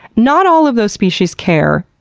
not all of those species care,